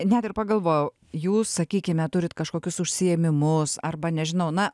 net ir pagalvojau jūs sakykime turit kažkokius užsiėmimus arba nežinau na